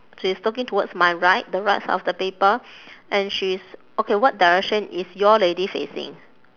she's looking towards my right the right side of the paper and she's okay what direction is your lady facing